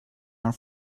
are